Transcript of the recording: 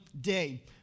day